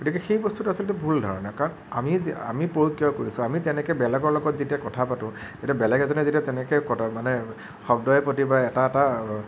গতিকে সেই বস্তুটো আচলতে ভুল ধাৰণা কাৰণ আমি যে আমি প্ৰয়োগ কিয় কৰিছোঁ আমি তেনেকে বেলেগৰ লগত যেতিয়া কথা পাতোঁ যেতিয়া বেলেগ এজনে যেতিয়া তেনেকে মানে শব্দই প্ৰতি বা এটা এটা